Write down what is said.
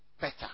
better